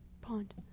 pond